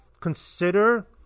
consider